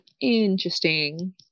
interesting